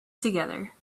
together